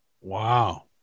wow